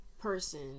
person